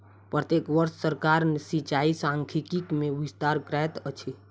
प्रत्येक वर्ष सरकार सिचाई सांख्यिकी मे विस्तार करैत अछि